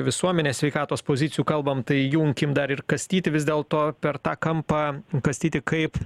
visuomenės sveikatos pozicijų kalbam tai junkim dar ir kastytį vis dėlto per tą kampą kastyti kaip